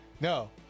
No